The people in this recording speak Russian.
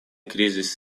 кризис